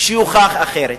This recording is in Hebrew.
שיוכח אחרת.